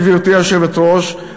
גברתי היושבת-ראש,